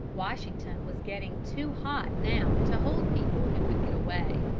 washington was getting too hot now to hold people who could get away.